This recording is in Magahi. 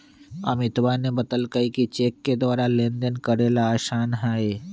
अमितवा ने बतल कई कि चेक के द्वारा लेनदेन करे ला आसान हई